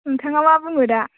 नोंथाङा मा बुङो दा